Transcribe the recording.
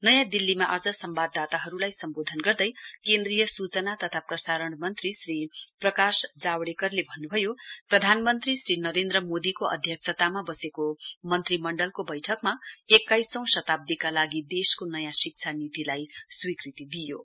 नयाँ दिल्लीमा आज सम्वाददाताहरुलाई सम्वोधन गर्दै केन्द्रीय सूचना तथा प्रसारण मन्त्री श्री प्रकाश जावड़ेकरले भन्नुभयो प्रधान मन्त्री श्री नरेन्द्र मोदीको अध्यक्षतामा वसेको मन्त्रीमण्डलको वैठकमा एक्काइसौं शताब्दीका लागि देशको नयाँ शिक्षा नीतिलाई स्वीकृति प्रदान गरिएको छ